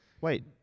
Wait